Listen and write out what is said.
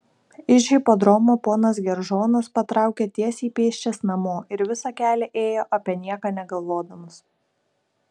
iš hipodromo ponas geržonas patraukė tiesiai pėsčias namo ir visą kelią ėjo apie nieką negalvodamas